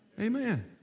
Amen